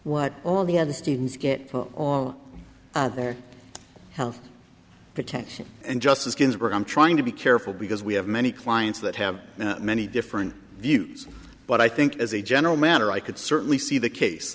what all the other students get on their health protection and justice ginsburg i'm trying to be careful because we have many clients that have many different views but i think as a general matter i could certainly see the case